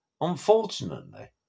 unfortunately